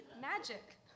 Magic